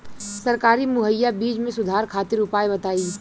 सरकारी मुहैया बीज में सुधार खातिर उपाय बताई?